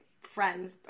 friends